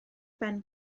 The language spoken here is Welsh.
ben